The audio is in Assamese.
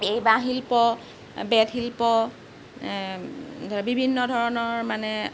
এই বাঁহ শিল্প বেঁত শিল্প বিভিন্ন ধৰণৰ মানে